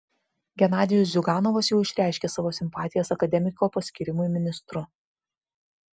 genadijus ziuganovas jau išreiškė savo simpatijas akademiko paskyrimui ministru